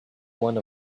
one